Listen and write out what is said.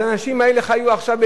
אז האנשים האלה שחיים עכשיו,